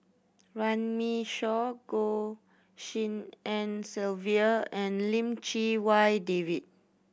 Runme Shaw Goh Tshin En Sylvia and Lim Chee Wai David